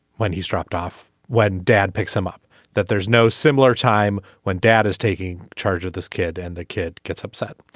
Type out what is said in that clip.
when he's dropped off when dad picks him up that there's no similar time when dad is taking charge of this kid and the kid gets upset.